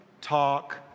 talk